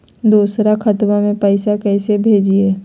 दोसर खतबा में पैसबा कैसे भेजिए?